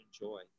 enjoy